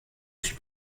suis